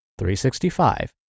365